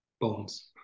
bones